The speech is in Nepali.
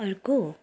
अर्को